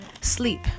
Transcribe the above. sleep